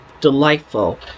delightful